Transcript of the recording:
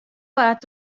waard